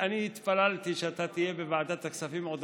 התפללתי שאתה תהיה בוועדת הכספים עוד